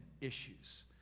issues